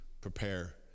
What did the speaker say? prepare